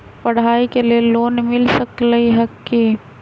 पढाई के लेल लोन मिल सकलई ह की?